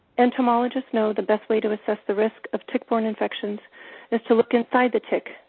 entomologists know the best way to assess the risk of tick-borne infections is to look inside the tick.